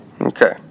Okay